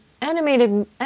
animated